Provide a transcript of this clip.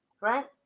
Right